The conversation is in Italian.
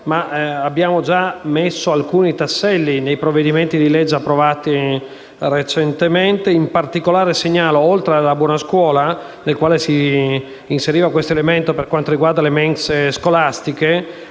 abbiamo già messo alcuni tasselli nei provvedimenti di legge approvati recentemente. In particolare, segnalo, oltre alla buona scuola, nel quale si inseriva l’elemento per quanto riguarda le mense scolastiche,